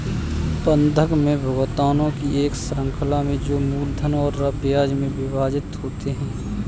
बंधक में भुगतानों की एक श्रृंखला में जो मूलधन और ब्याज में विभाजित होते है